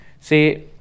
See